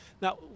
Now